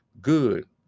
good